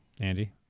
Andy